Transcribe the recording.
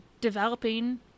developing